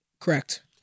Correct